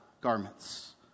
garments